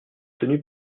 tenus